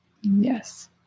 Yes